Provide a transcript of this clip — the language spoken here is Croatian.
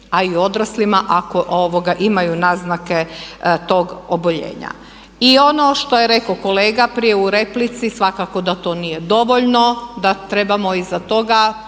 a i odraslima ako imaju naznake tog oboljenja. I ono što je rekao kolega prije u replici, svakako da to nije dovoljno, da trebamo iza toga